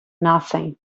nothing